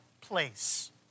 place